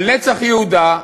אבל "נצח יהודה",